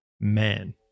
Man